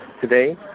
Today